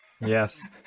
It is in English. yes